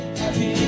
happy